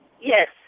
Yes